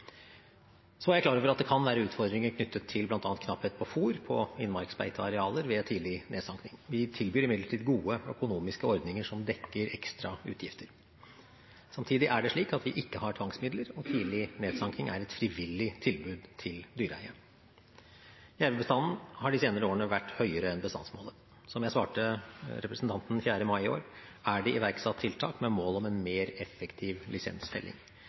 Så er jeg klar over at det kan være utfordringer knyttet til bl.a. knapphet på fôr på innmarksbeitearealer ved tidlig nedsanking. Vi tilbyr imidlertid gode økonomiske ordninger som dekker ekstra utgifter. Samtidig er det slik at vi ikke har tvangsmidler, og tidlig nedsanking er et frivillig tilbud til dyreeier. Jervebestanden har de senere årene vært høyere enn bestandsmålet. Som jeg svarte representanten den 4. mai i år, er det iverksatt tiltak med mål om en mer effektiv lisensfelling.